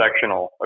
sectional